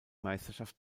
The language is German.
meisterschaft